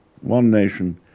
one-nation